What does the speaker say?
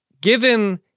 given